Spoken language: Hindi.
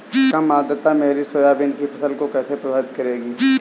कम आर्द्रता मेरी सोयाबीन की फसल को कैसे प्रभावित करेगी?